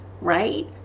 Right